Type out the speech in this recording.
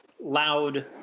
loud